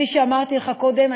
כפי שאמרתי לך קודם,